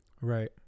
right